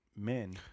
men